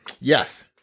yes